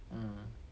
mmhmm